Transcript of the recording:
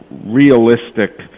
realistic